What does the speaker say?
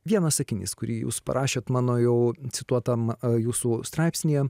vienas sakinys kurį jūs parašėt mano jau cituotam jūsų straipsnyje